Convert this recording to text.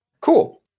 Cool